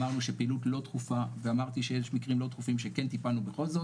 אמרנו שפעילות לא דחופה ואמרתי שיש מקרים לא דחופים שכן טיפלנו בכל זאת